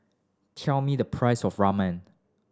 tell me the price of Ramen